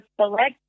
select